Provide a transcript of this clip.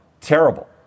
terrible